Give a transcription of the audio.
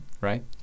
right